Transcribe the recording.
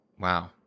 Wow